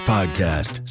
Podcast